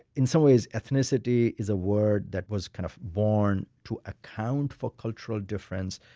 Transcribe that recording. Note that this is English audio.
in some ways, ethnicity is a word that was kind of born to account for cultural differences,